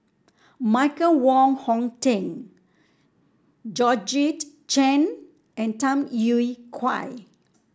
Michael Wong Hong Teng Georgette Chen and Tham Yui Kai